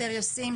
יותר ישים,